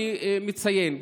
אני מציין,